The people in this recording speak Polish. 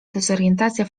dezorientacja